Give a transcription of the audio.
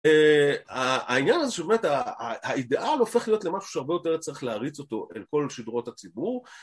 העניין הזה שבאמת האידאל הופך להיות למשהו שהרבה יותר צריך להריץ אותו אל כל שדרות הציבור.